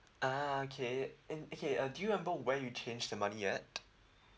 ah okay and okay uh do you remember where you change the money at